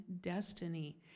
destiny